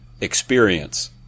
experience